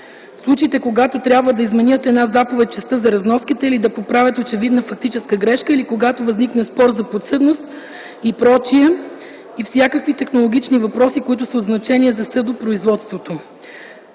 случаите когато трябва да изменят една заповед в частта за разноските, или да поправят очевидна фактическа грешка, или когато възникне спор за подсъдност и пр. и всякакви технологични въпроси, които са от значение за съдопроизводството.